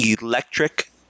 electric